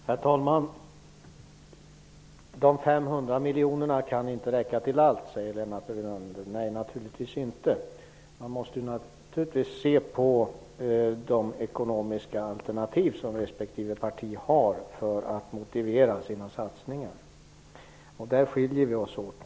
Herr talman! De 500 miljonerna kan inte räcka till allt, säger Lennart Brunander. Nej, naturligtvis inte. Man måste också se på de alternativ som respektive partier har i ekonomiskt avseende när de motiverar sina satsningar, och därvidlag skiljer vi oss åt.